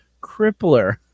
Crippler